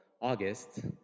August